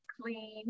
clean